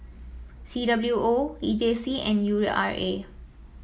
C W O E J C and U R A